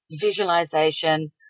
visualization